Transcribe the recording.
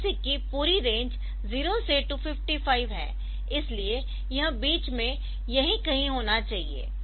DAC की पूरी range 0 से 255 है इसलिए यह बीच में यही कहीं होना चाहिए